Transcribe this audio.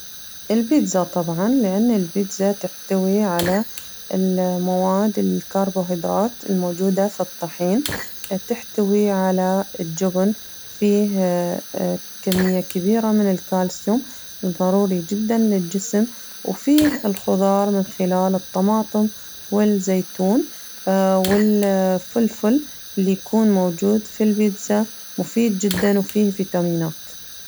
البيتزا طبعاً لأن البيتزا تحتوي على المواد الكربوهيدرات الموجودة في الطحين تحتوي على الجبن فيه كمية كبيرة من الكالسيوم الضروري جداً للجسم وفيه الخضار من خلال الطماطم والزيتون والفلفل اللي يكون موجود في البيتزا مفيد جداً وفيه فيتامينات.